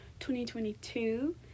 2022